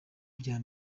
bya